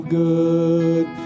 good